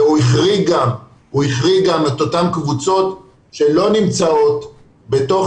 הוא החריג גם את אותן קבוצות שלא נמצאות בתוך